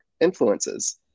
influences